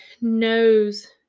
knows